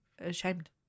Ashamed